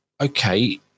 okay